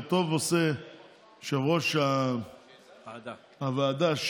וטוב עושה יושב-ראש הוועדה,